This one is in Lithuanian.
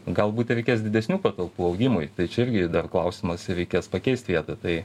galbūt reikės didesnių patalpų augimui tai čia irgi dar klausimas ir reikės pakeist vietą tai